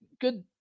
good